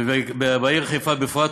ובעיר חיפה בפרט,